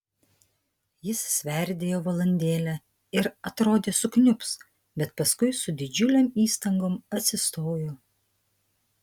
jis sverdėjo valandėlę ir atrodė sukniubs bet paskui su didžiulėm įstangom atsistojo